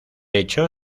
hecho